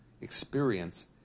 experience